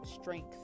strength